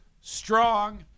strong